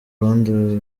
ruhande